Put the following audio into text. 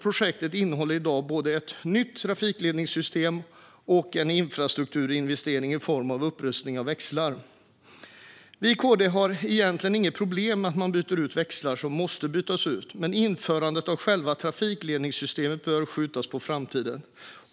Projektet innehåller i dag både ett nytt trafikledningssystem och en infrastrukturinvestering i form av upprustning växlar. Vi i KD har egentligen inget problem med att man byter ut växlar som måste bytas ut. Men införandet av själva trafikledningssystemet bör skjutas på framtiden.